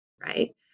right